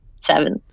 Seven